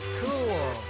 cool